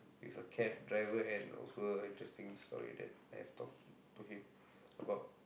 with a cab driver and also a interesting story that I have talked to him about